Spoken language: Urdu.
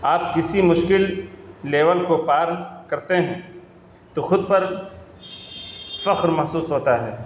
آپ کسی مشکل لیول کو پار کرتے ہیں تو خود پر فخر محسوس ہوتا ہے